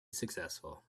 successful